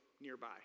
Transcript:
nearby